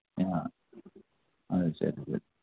ആ അത് ശരി ശരി